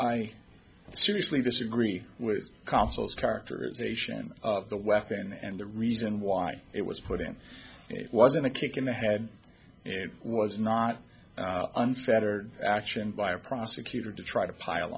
i seriously disagree with consuls characterization of the weapon and the reason why it was put in it wasn't a kick in the head it was not unfettered action by a prosecutor to try to pile